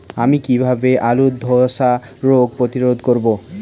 আমি কিভাবে আলুর ধ্বসা রোগ প্রতিরোধ করব?